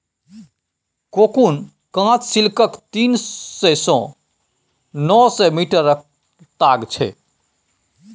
cocoon काँच सिल्कक तीन सय सँ नौ सय मीटरक ताग छै